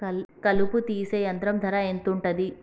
కలుపు తీసే యంత్రం ధర ఎంతుటది?